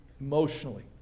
Emotionally